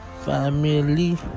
Family